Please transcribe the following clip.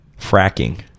Fracking